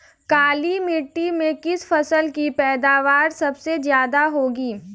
काली मिट्टी में किस फसल की पैदावार सबसे ज्यादा होगी?